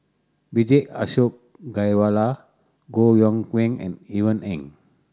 Vijesh Ashok Ghariwala Koh Yong Guan and Ivan Heng